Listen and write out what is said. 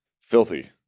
Filthy